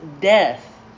death